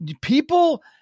People